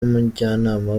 n’umujyanama